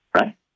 Right